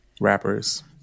rappers